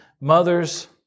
mother's